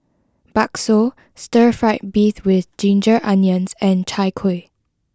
Bakso Stir Fried Beef with Ginger Onions and Chai Kueh